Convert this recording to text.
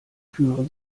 führen